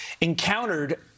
encountered